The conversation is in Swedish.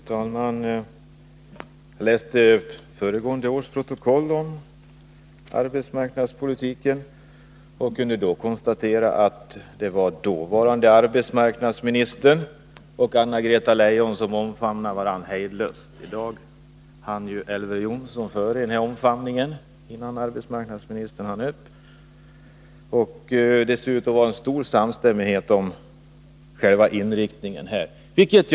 Fru talman! Jag läste föregående års protokoll från debatten om arbetsmarknadspolitiken. Jag kunde konstatera att det var dåvarande arbetsmarknadsministern och Anna-Greta Leijon som då omfamnade varandra hejdlöst. I dag hann Elver Jonsson före arbetsmarknadsministern i denna omfamning. Det ser ut att råda stor samstämmighet om själva inriktningen av arbetsmarknadspolitiken.